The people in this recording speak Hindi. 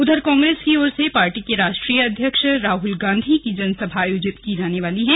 उधर कांग्रेस की ओर से पार्टी के राष्ट्रीय अध्यक्ष राहुल गांधी की जनसभा आयोजित की जाने वाली है